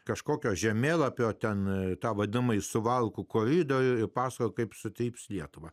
kažkokio žemėlapio tenai tą vadinamąjį suvalkų koridorių ir pasakojo kaip sutryps lietuvą